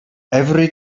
every